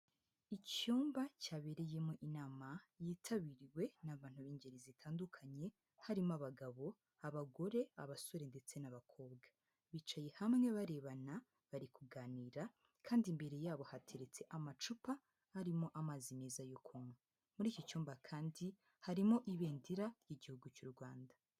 Icyumba cyabereyemo inama yitabiriwe n'abantu b'ingeri zitandukanye, harimo: abagabo, abagore, abasore ndetse n'abakobwa, bicaye hamwe barebana bari kuganira; kandi imbere yabo hateretse amacupa harimo amazi meza yo kunywa. Muri iki cyumba kandi harimo ibendera ry'igihugu cy'u Rwanda.